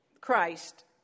Christ